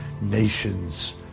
nations